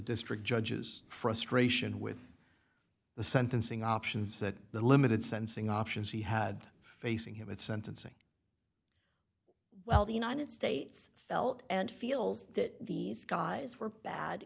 district judges frustration with the sentencing options that the limited sensing options he had facing him at sentencing well the united states felt and feels that these guys were bad